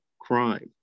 Crime